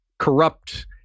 corrupt